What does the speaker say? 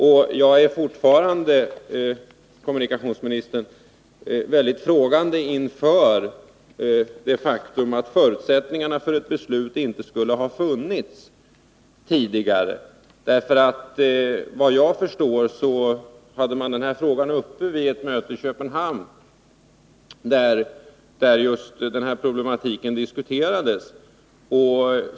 Jag ställer mig fortfarande mycket frågande till påståendet att förutsättningarna för ett beslut inte skulle ha funnits tidigare. Såvitt jag förstår hade man denna fråga uppe vid ett möte i Köpenhamn.